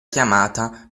chiamata